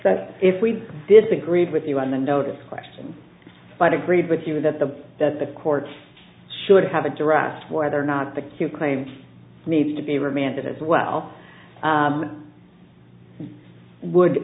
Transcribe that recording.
moot if we disagreed with you on the notice question but agreed with you that the that the court should have a draft whether or not the suit claims need to be remanded as well would